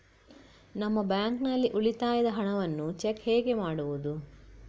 ನಮ್ಮ ಬ್ಯಾಂಕ್ ನಲ್ಲಿ ಉಳಿತಾಯದ ಹಣವನ್ನು ಚೆಕ್ ಹೇಗೆ ಮಾಡುವುದು?